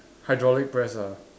hydraulic press ah